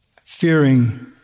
fearing